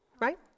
right